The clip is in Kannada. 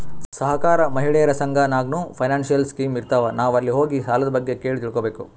ಸಹಕಾರ, ಮಹಿಳೆಯರ ಸಂಘ ನಾಗ್ನೂ ಫೈನಾನ್ಸಿಯಲ್ ಸ್ಕೀಮ್ ಇರ್ತಾವ್, ನಾವ್ ಅಲ್ಲಿ ಹೋಗಿ ಸಾಲದ್ ಬಗ್ಗೆ ಕೇಳಿ ತಿಳ್ಕೋಬೇಕು